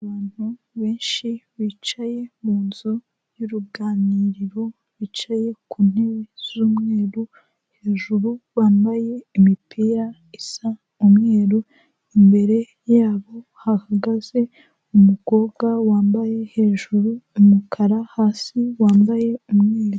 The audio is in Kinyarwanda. Abantu benshi bicaye mu nzu y'uruganiriro, bicaye ku ntebe z'umweru, hejuru bambaye imipira isa umweru, imbere yabo hahagaze umukobwa wambaye hejuru umukara hasi wambaye umweru.